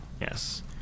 Yes